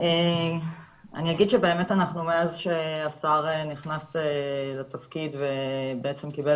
שבאמת אנחנו מאז שהשר נכנס לתפקיד ובעצם קיבל